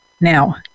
Now